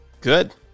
Good